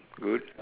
good